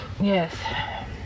Yes